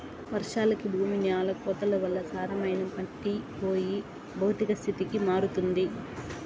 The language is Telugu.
వర్షాలకి భూమి న్యాల కోతల వల్ల సారమైన మట్టి పోయి భౌతిక స్థితికి మారుతుంది